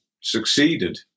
succeeded